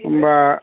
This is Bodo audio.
होनबा